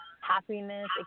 happiness